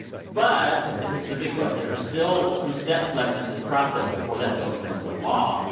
but and this is a big but there are still some steps left in this process before that bill becomes a law.